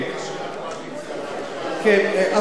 זה החוק של הקואליציה המגעילה הזאת.